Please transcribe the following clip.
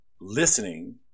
listening